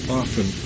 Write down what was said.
often